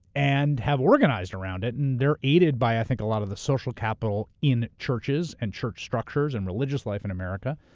and have organized around it. and they're aided by, i think, a lot of the social capital in churches and church structures and religious life in america.